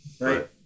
Right